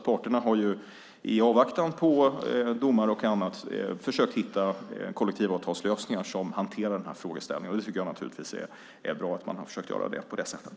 Partnerna har alltså i avvaktan på domar och annat försökt hitta kollektivavtalslösningar som hanterar den här frågeställningen, och jag tycker naturligtvis att det är bra att man har försökt göra det på det sättet.